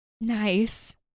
nice